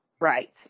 Right